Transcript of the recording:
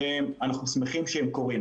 ואנחנו שמחים שהם קורים.